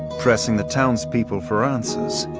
pressing the townspeople for answers,